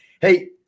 Hey